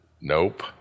Nope